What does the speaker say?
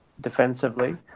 defensively